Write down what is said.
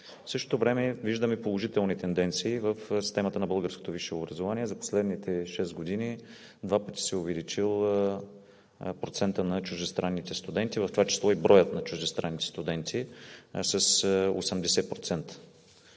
В същото време виждаме положителни тенденции в системата на българското висше образование. За последните шест години два пъти се е увеличил процентът на чуждестранните студенти, в това число и броят на чуждестранните студенти – с 80%.